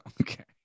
Okay